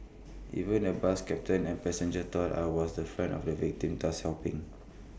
even the bus captain and passenger thought I was the friend of the victim thus helping